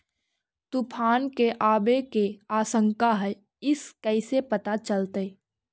तुफान के आबे के आशंका है इस कैसे पता चलतै?